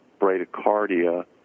bradycardia